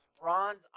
bronze